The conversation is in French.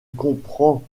comprends